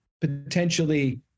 potentially